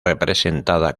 representada